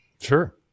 Sure